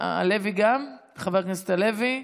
גם חבר הכנסת הלוי?